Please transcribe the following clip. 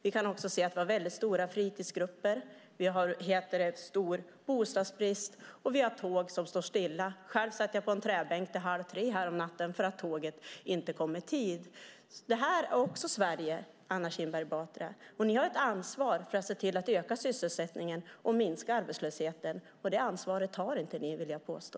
Vi har också stora barngrupper på fritidshemmen, bostadsbrist och tåg som står stilla. Själv satt jag på en träbänk till halv tre häromnatten för att tåget inte kom i tid. Detta är också Sverige, Anna Kinberg Batra. Ni har ett ansvar för att öka sysselsättningen och minska arbetslösheten. Det ansvaret tar ni inte, vill jag påstå.